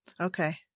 Okay